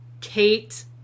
Kate